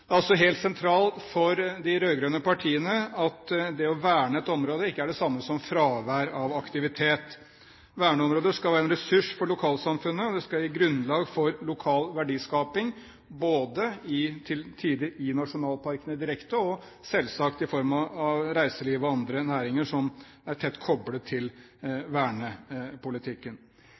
Det er altså helt sentralt for de rød-grønne partiene at det å verne et område ikke er det samme som fravær av aktivitet. Verneområder skal være en ressurs for lokalsamfunnet, og de skal gi grunnlag for lokal verdiskaping, både til tider i nasjonalparkene direkte og selvsagt i form av reiseliv og andre næringer som er tett koblet til vernepolitikken.